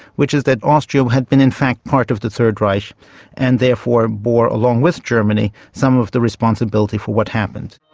which is that austria had been in fact part of the third reich and therefore bore along with germany some of the responsibility for what happened.